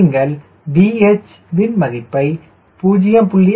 நீங்கள்VH வின் மதிப்பை 0